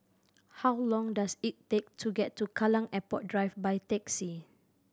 how long does it take to get to Kallang Airport Drive by taxi